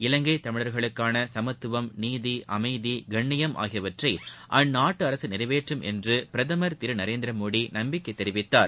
இவங்கை தமிழர்களுக்கான சமத்துவம் நீதி அமைதி கண்ணியம் ஆகியவற்றை அந்நாட்டு அரசு நிறைவேற்றும் என்று பிரதமர் திரு நரேந்திரமோடி நம்பிக்கை தெரிவித்தார்